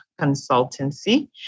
Consultancy